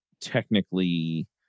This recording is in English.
technically